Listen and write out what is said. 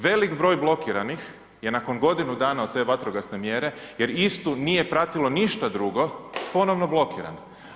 Velik broj blokiranih je nakon godinu dana od te vatrogasne mjere jer istu nije pratilo ništa drugo ponovno blokiran.